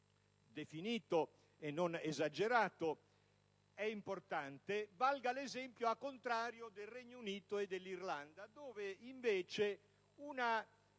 definito e non esagerato, è importante, valga l'esempio al contrario del Regno Unito e dell'Irlanda, in cui una